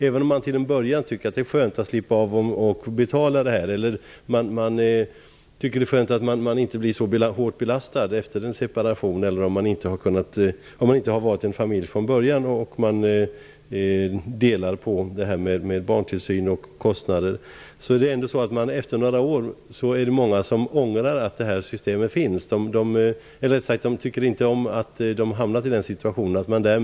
Även om man till en början tycker att det är skönt att inte behöva bli så hårt belastad efter en separation då man delar på barntillsynen och kostnaderna, tycker många efter några år inte om att de hamnat i den situation som systemet inneburit.